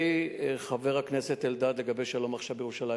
חבר הכנסת אלדד, לגבי "שלום עכשיו" וירושלים.